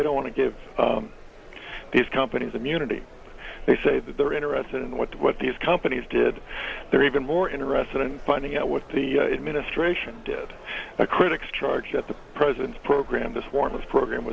they don't want to give these companies immunity they say that they're interested in what what these companies did there even more interested in finding out what the administration did the critics charge that the president's program the swarm of program